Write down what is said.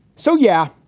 so, yeah,